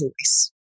voice